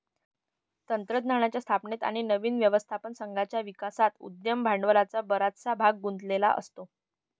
तंत्रज्ञानाच्या स्थापनेत आणि नवीन व्यवस्थापन संघाच्या विकासात उद्यम भांडवलाचा बराचसा भाग गुंतलेला असतो